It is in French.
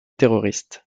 terroristes